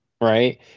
Right